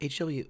HW